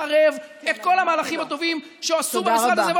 לחרב את כל המהלכים הטובים שעשו במשרד הזה,